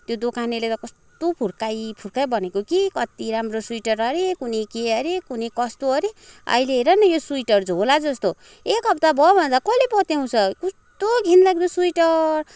त्यो दोकानेले त कस्तो फुर्काई फुर्काई भनेको कि कस्तो राम्रो स्वेटर अरे कोनी के हरे कोनी कस्तो अरे आहिले हेर न यो स्वेटर झोला जस्तो एकहप्ता भयो भन्दा कसले पत्याउँछ कस्तो घिनलाग्दो स्वेटर